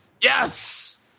Yes